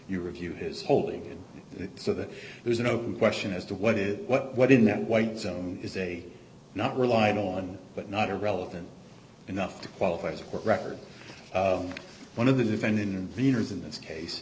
you review his holding it so that there is an open question as to what is what in that white zone is a not relied on but not a relevant enough to qualify as a court record one of the defendant beaners in this case